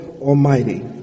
Almighty